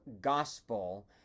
gospel